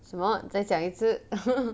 什么再讲一次